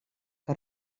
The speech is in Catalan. que